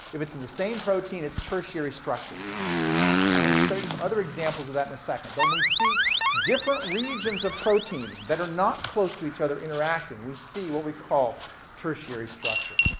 if it's in the same protein, it's tertiary structure. and i'm going to show you some other examples of that in a second. but when we see different regions of proteins that are not close to each other interacting, we see what we call tertiary structure.